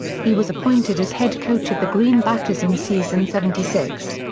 he was appointed as head coach of the green batters in season seventy six.